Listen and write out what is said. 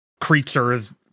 creatures